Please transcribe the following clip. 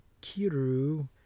Kiru